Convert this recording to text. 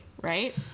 right